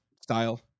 style